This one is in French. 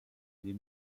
des